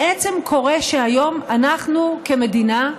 בעצם קורה שהיום אנחנו כמדינה,